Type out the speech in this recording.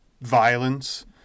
violence